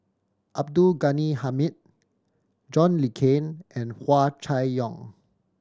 Abdul Ghani Hamid John Le Cain and Hua Chai Yong